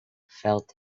felt